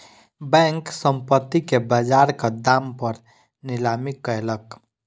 bank, संपत्ति के बजारक दाम पर नीलामी कयलक